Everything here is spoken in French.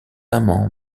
amand